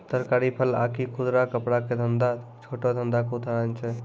तरकारी, फल आकि खुदरा कपड़ा के धंधा छोटो धंधा के उदाहरण छै